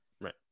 Right